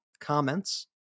comments